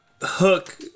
hook